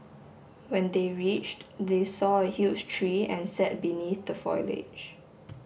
when they reached they saw a huge tree and sat beneath the foliage